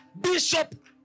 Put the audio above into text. Bishop